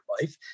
life